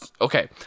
Okay